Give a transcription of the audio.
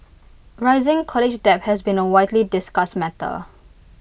rising college debt has been A widely discussed matter